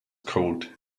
cold